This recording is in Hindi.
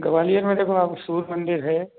ग्वालियर में देखो आप सूर्य मंदिर है